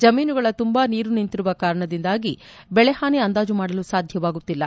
ಜಮೀನುಗಳ ತುಂಬಾ ನೀರು ನಿಂತಿರುವ ಕಾರಣದಿಂದಾಗಿ ಬೆಳೆ ಹಾನಿ ಅಂದಾಜು ಮಾಡಲು ಸಾಧ್ವವಾಗುತ್ತಿಲ್ಲ